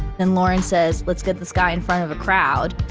then lauren says, let's get this guy in front of a crowd.